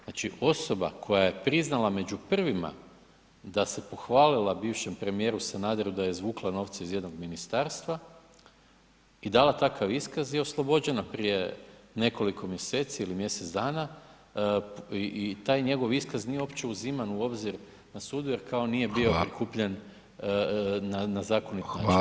Znači osoba koja je priznala među prvima da se pohvalila bivšem premijeru Sanaderu da je izvukla novce iz jednog ministarstva i dala takav iskaz je oslobođena prije nekoliko mjeseci ili mjesec dana i taj njegov iskaz nije uopće uziman u obzir na sudu jer kao nije bio prikupljen na zakonit način.